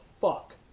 fuck